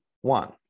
One